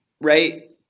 right